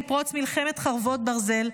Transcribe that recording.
עם פרוץ מלחמת חרבות ברזל,